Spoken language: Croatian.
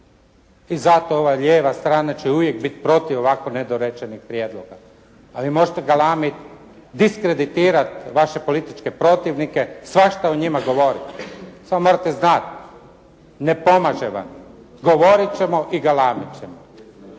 I zato ova lijeva strana će uvijek biti protiv ovako nedorečenih prijedloga, a vi možete galamiti, diskreditirati vaše političke protivnike, svašta o njima govoriti, samo morate znati ne pomaže vam. Govoriti ćemo i galamiti ćemo.